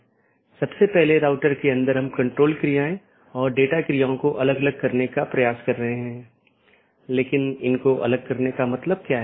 हम बताने की कोशिश कर रहे हैं कि राउटिंग प्रोटोकॉल की एक श्रेणी इंटीरियर गेटवे प्रोटोकॉल है